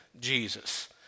Jesus